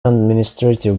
administrative